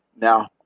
now